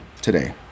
today